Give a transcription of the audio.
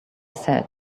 said